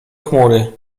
chmury